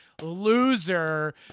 loser